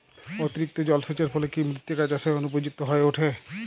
অতিরিক্ত জলসেচের ফলে কি মৃত্তিকা চাষের অনুপযুক্ত হয়ে ওঠে?